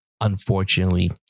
unfortunately